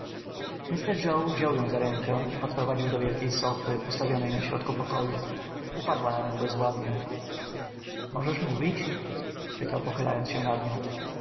joe wziął ją za rękę i podprowadził do wielkiej sofy ustawionej na środku pokoju upadła na nią bezwładnie możesz mówić pytał pochylając się nad nią